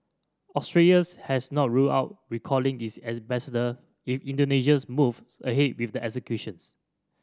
Australia's has not ruled out recalling its ambassador in Indonesia's move ahead with the executions